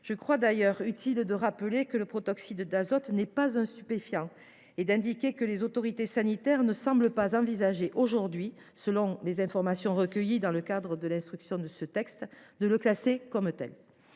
Je crois d’ailleurs utile de rappeler que le protoxyde d’azote n’est pas un stupéfiant et d’indiquer que les autorités sanitaires ne semblent pas envisager à ce jour, selon les informations recueillies dans le cadre de l’instruction de ce texte, de le classer comme tel.